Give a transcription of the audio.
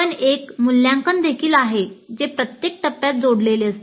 पण एक मूल्यांकन देखील आहे जे प्रत्येक टप्प्यात जोडलेले असते